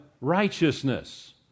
righteousness